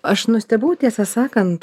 aš nustebau tiesą sakant